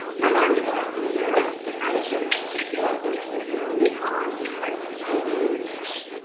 not only that, europe and asia in particular we're seeing a new kind of credit facility emerge,